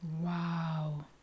Wow